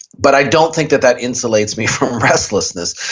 but i don't think that that insulates me from restlessness.